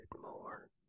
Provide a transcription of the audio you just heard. more